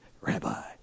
Rabbi